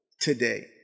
today